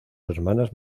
hermanas